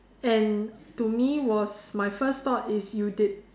and to me was my first thought is you did